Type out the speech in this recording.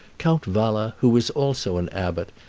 count wala, who was also an abbot,